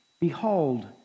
Behold